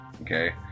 Okay